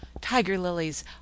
Tiger-lilies